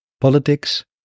politics